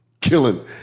killing